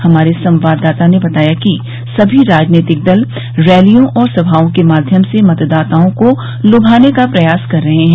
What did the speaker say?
हमारे संवाददाता ने बताया कि समी राजनैतिक दल रैलियों और समाओं के माध्यम से मतदाताओं को लुभाने का प्रयास कर रहे हैं